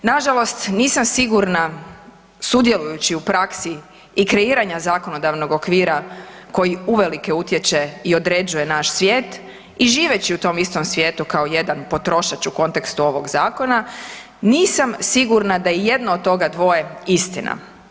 Nažalost, nisam sigurna sudjelujući u praksi i kreiranja zakonodavnog okvira koji uvelike utječe i određuje naš svijet i živeći u tom istom svijetu kao jedan potrošač u kontekstu ovog zakona nisam sigurna da je ijedno od toga dvoje istina.